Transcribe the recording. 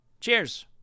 Cheers